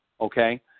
okay